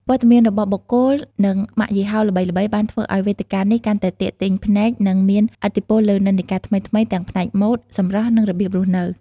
វត្តមានរបស់បុគ្គល និងម៉ាកយីហោល្បីៗ បានធ្វើឱ្យវេទិកានេះកាន់តែទាក់ទាញភ្នែក និងមានឥទ្ធិពលលើនិន្នាការថ្មីៗ ទាំងផ្នែកម៉ូដ សម្រស់ និងរបៀបរស់នៅ។